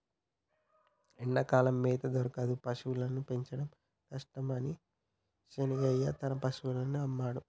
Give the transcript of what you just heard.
ఎండాకాలం మేత దొరకదు పశువుల్ని పెంచడం కష్టమని శీనయ్య తన పశువుల్ని అమ్మిండు